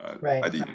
Right